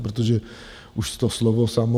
Protože už to slovo samo.